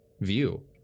view